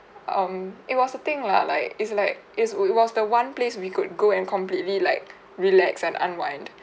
um it was a thing lah like it's like is it was the one place we could go and completely like relax and unwind